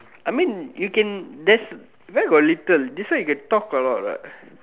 I mean you can that's where got little this one you can talk a lot what